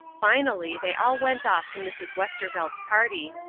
finally, they all went off to mrs. westervelt's party,